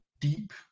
deep